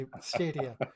stadia